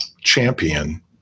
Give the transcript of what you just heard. champion